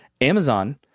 Amazon